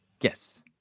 Yes